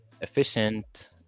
efficient